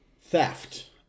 theft